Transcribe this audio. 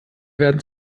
werden